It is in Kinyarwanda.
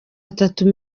atatu